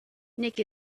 nick